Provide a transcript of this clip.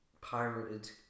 pirated